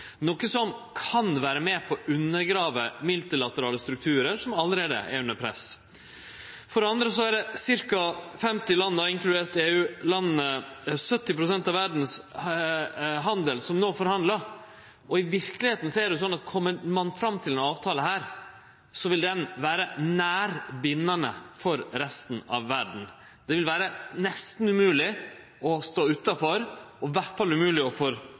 noko som kan vere med på å undergrave multilaterale strukturar som allereie er under press. For det andre er det ca. 50 land, inkludert EU-landa – 70 pst. av verdshandelen – som no forhandlar. I verkelegheita er det slik at kjem ein fram til ein avtale her, vil han vere nær bindande for resten av verda. Det vil vere nesten umogleg å stå utanfor – og i alle fall umogleg å